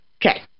okay